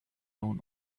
down